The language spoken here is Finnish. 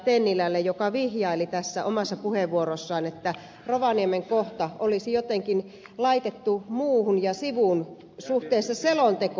tennilälle joka vihjaili omassa puheenvuorossaan että rovaniemen kohta olisi jotenkin laitettu sivuun suhteessa selontekoon